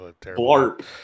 Blarp